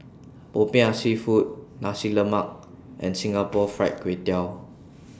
Popiah Seafood Nasi Lemak and Singapore Fried Kway Tiao